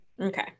okay